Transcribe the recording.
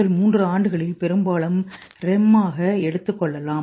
முதல் 3 ஆண்டுகளில் பெரும்பாலும் REM ஆக எடுத்துக் கொ ள்ளலாம்